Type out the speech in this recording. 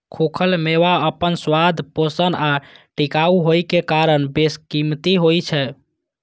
खूखल मेवा अपन स्वाद, पोषण आ टिकाउ होइ के कारण बेशकीमती होइ छै